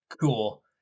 cool